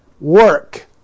work